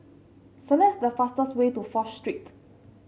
select the fastest way to Fourth Street